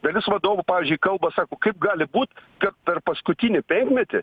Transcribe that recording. dalis vadovų pavyzdžiui kalba sako kaip gali būt kad per paskutinį penkmetį